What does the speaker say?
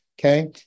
Okay